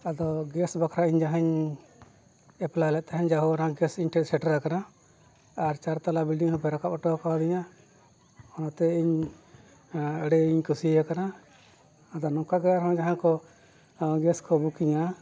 ᱟᱫᱚ ᱜᱮᱥ ᱵᱟᱠᱷᱨᱟ ᱤᱧ ᱡᱟᱦᱟᱧ ᱮᱯᱞᱟᱭ ᱞᱮᱫ ᱛᱟᱦᱮᱱ ᱡᱟᱭᱦᱳᱠ ᱚᱱᱟ ᱜᱮᱥ ᱤᱧ ᱴᱷᱮᱱ ᱥᱮᱴᱮᱨ ᱟᱠᱟᱱᱟ ᱟᱨ ᱪᱟᱨ ᱛᱟᱞᱟ ᱵᱤᱞᱰᱤᱝ ᱦᱚᱸᱯᱮ ᱨᱟᱠᱟᱵ ᱦᱚᱴᱚ ᱠᱟᱣᱫᱤᱧᱟ ᱚᱱᱟᱛᱮ ᱤᱧ ᱟᱹᱰᱤᱧ ᱠᱩᱥᱤᱭᱟᱠᱟᱱᱟ ᱟᱫᱚ ᱱᱚᱝᱠᱟ ᱜᱮ ᱟᱨᱦᱚᱸ ᱡᱟᱦᱟᱸᱭ ᱠᱚ ᱜᱮᱥ ᱠᱚ ᱵᱩᱠᱤᱝᱟ